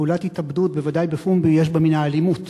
פעולת התאבדות, בוודאי בפומבי, יש בה מן האלימות,